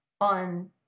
on